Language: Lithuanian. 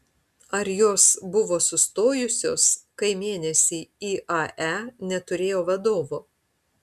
ar jos buvo sustojusios kai mėnesį iae neturėjo vadovo